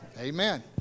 Amen